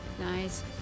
Nice